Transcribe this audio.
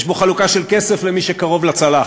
יש בו חלוקה של כסף למי שקרוב לצלחת.